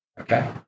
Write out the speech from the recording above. okay